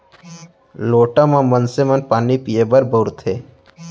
लोटा ल मनसे मन पानी पीए बर बउरथे